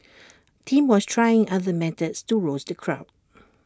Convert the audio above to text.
Tim was trying other methods to rouse the crowd